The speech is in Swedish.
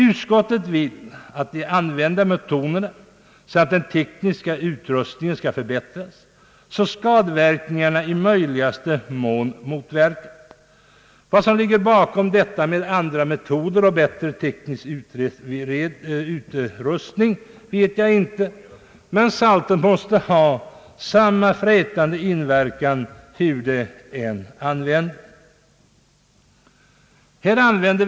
Utskottet vill att de använda metoderna och den tekniska utrustningen skall förbättras, så att skadeverkningarna i rimligaste mån motverkas. Vad som ligger bakom detta med »bättre metoder och bättre teknisk utrustning» vet jag inte, men saltet måste ha samma frätande inverkan hur det än används.